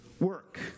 work